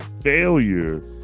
failure